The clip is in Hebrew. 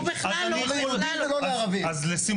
לא ליהודים ולא לערבים.